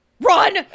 run